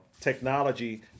technology